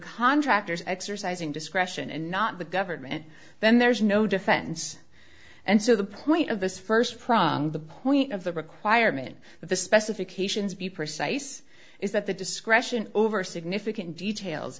contractors exercising discretion and not the government then there's no defense and so the point of this st prong the point of the requirement that the specifications be precise is that the discretion over significant details